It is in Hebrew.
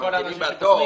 אין בעיה עם הסעיף.